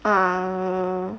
err